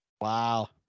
wow